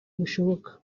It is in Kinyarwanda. bushoboka